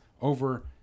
over